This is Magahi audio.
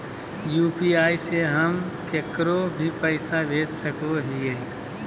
यू.पी.आई से हम केकरो भी पैसा भेज सको हियै?